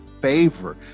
favor